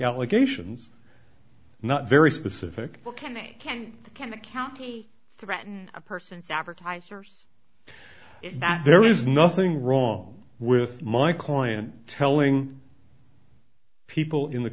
allegations not very specific ok can can account he threaten a person's advertisers is that there is nothing wrong with my client telling people in the